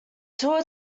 tour